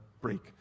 break